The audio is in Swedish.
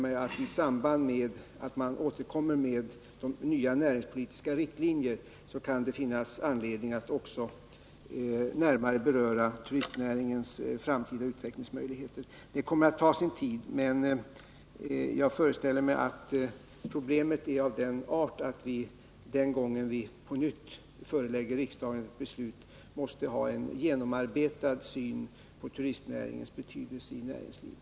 I samband med att de nya näringspolitiska riktlinjerna återkommer kan det finnas anledning att också närmare beröra turistnäringens framtida utvecklingsmöjligheter. Det kommer att ta sin tid, men jag föreställer mig att problemet är av den art att vi, när vi på nytt förelägger riksdagen ett förslag, måste ha en genomarbetad syn på turistnäringens betydelse i näringslivet.